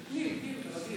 פנים, פנים, ע'דיר.